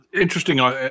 Interesting